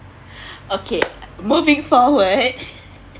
okay moving forward